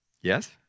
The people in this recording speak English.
Yes